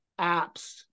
apps